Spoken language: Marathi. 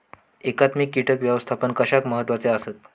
एकात्मिक कीटक व्यवस्थापन कशाक महत्वाचे आसत?